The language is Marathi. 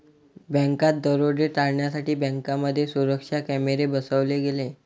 बँकात दरोडे टाळण्यासाठी बँकांमध्ये सुरक्षा कॅमेरे बसवले गेले